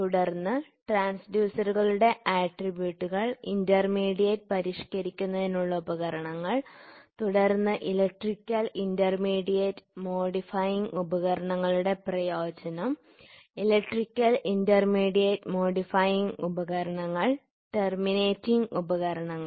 തുടർന്ന് ട്രാൻഡ്യൂസറുകളുടെ ആട്രിബ്യൂട്ടുകൾ ഇന്റർമീഡിയറ്റ് പരിഷ്ക്കരിക്കുന്നതിന് ഉള്ള ഉപകരണങ്ങൾ തുടർന്ന് ഇലക്ട്രിക്കൽ ഇന്റർമീഡിയറ്റ് മോഡിഫൈയിംഗ് ഉപകരണങ്ങളുടെ പ്രയോജനം ഇലക്ട്രിക്കൽ ഇന്റർമീഡിയറ്റ് മോഡിഫൈയിംഗ് ഉപകരണങ്ങൾ ടെര്മിനേറ്റിംഗ് ഉപകരണങ്ങൾ